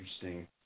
interesting